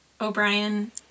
O'Brien